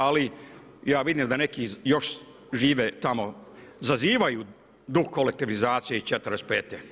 Ali ja vidim da neki još žive tamo, zazivaju duh kolektivizacije i '45.